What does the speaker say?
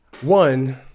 one